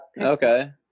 okay